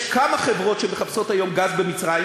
יש כמה חברות שמחפשות היום גז במצרים,